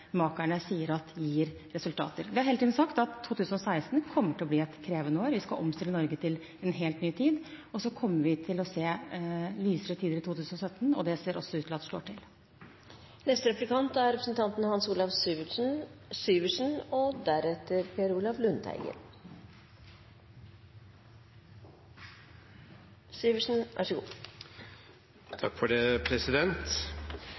sier gir resultater. Vi har hele tiden sagt at 2016 kommer til å bli et krevende år, vi skal omstille Norge til en helt ny tid, og så kommer vi til å se lysere tider i 2017, og det ser også ut til å slå til. Vi har to måter å måle ledighet på. Statsråden refererte til de siste tallene fra Nav, den registrerte ledigheten på 2,8 pst., og så